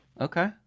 Okay